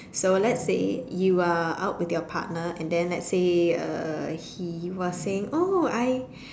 so let's say you're out with your partner and then let say uh he was saying oh I